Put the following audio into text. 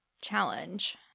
challenge